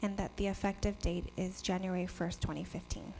and that the effective date is january first twenty fifteen